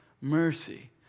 mercy